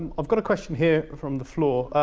i've got a question here from the floor.